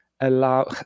allow